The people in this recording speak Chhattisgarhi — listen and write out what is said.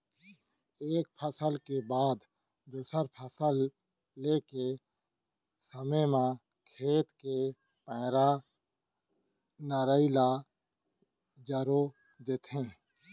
एक फसल के बाद दूसर फसल ले के समे म खेत के पैरा, नराई ल जरो देथे